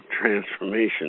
transformation